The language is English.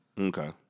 Okay